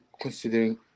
considering